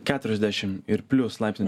keturiasdešim ir plius laipsnių